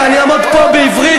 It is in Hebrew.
ואני אעמוד פה בעברית,